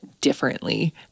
differently